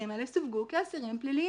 האסירים האלה סווגו כאסירים פליליים.